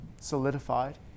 solidified